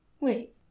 Wait